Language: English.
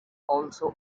also